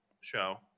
show